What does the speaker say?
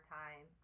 time